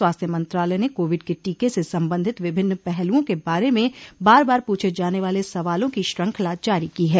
स्वास्थ मंत्रालय ने कोविड के टीके से संबंधित विभिन्न पहलुओं के बारे में बार बार पूछे जाने वाले सवालों की श्रंखला जारी की है